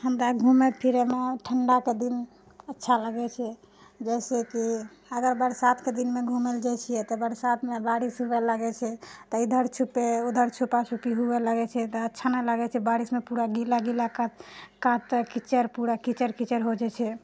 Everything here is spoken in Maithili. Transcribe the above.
हमरा घुमए फिरएमे ठण्डाके दिन अच्छा लागै छै जैसे कि अगर बरसातके दिनमे घुमए लऽ जाइ छिऐ तऽ बरसातमे बारिश हुए लागै छै तऽ इधर छुपए छुपा छुप्पी हुए लागै छै तऽ अच्छा नहि लागै छै बारिशमे पूरा गीला गीला कऽ कात तऽ कीचड़ पूरा कीचड़ कीचड़ हो जाइ छै